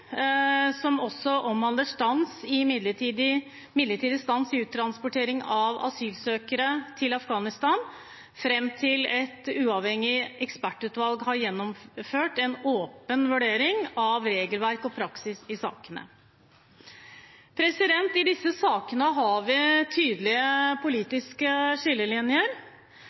midlertidig stans i uttransportering av asylsøkere til Afghanistan fram til et uavhengig ekspertutvalg har gjennomført en åpen vurdering av regelverk og praksis i sakene. I disse sakene har vi tydelige politiske skillelinjer.